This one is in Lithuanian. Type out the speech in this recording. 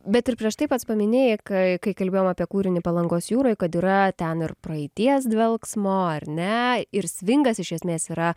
bet ir prieš tai pats paminėjai kai kai kalbėjom apie kūrinį palangos jūroj kad yra ten ir praeities dvelksmo ar ne ir svingas iš esmės yra